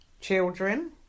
Children